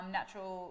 Natural